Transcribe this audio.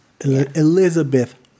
Elizabeth